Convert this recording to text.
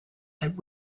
that